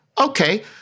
Okay